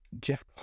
jeff